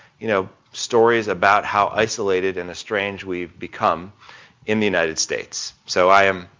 you know, stories about how isolated and estranged we've become in the united states. so i am,